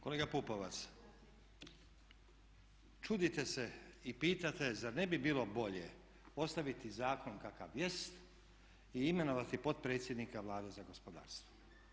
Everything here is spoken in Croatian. Kolega Pupovac čudite se i pitate zar ne bi bilo bolje ostaviti zakon kakav jest i imenovati potpredsjednika Vlade za gospodarstvo?